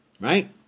right